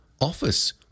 office